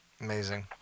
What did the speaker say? Amazing